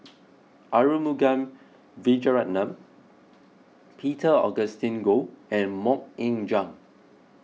Arumugam Vijiaratnam Peter Augustine Goh and Mok Ying Jang